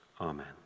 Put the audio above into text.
Amen